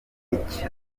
iki